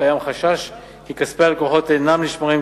קיים חשש כי כספי הלקוחות אינם נשמרים כראוי,